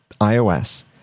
iOS